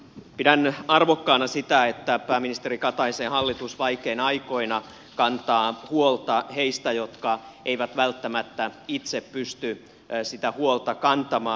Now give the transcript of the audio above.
pidän arvokkaana sitä että pääministeri kataisen hallitus vaikeina aikoina kantaa huolta niistä jotka eivät välttämättä itse pysty sitä huolta kantamaan